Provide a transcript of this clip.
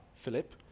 Philip